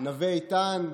נווה איתן,